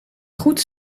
goed